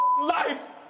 life